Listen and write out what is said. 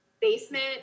basement